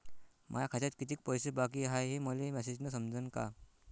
माया खात्यात कितीक पैसे बाकी हाय हे मले मॅसेजन समजनं का?